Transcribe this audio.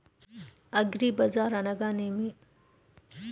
అగ్రిబజార్ అనగా నేమి?